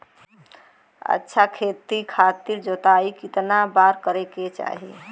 अच्छा खेती खातिर जोताई कितना बार करे के चाही?